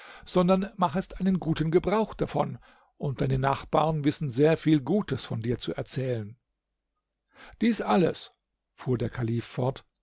sondern machest einen guten gebrauch davon und deine nachbarn wissen sehr viel gutes von dir zu erzählen dies alles fuhr der kalif fort